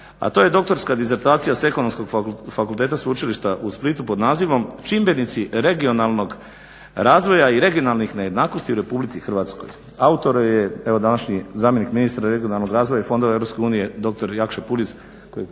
a to je doktorska disertacija s Ekonomskog fakulteta Sveučilišta u Splitu pod nazivom "Čimbenici regionalnog razvoja i regionalnih nejednakosti u RH". autor joj je evo današnji zamjenik ministra regionalnog razvoja i fondova EU dr. Jakša Puljiz kojeg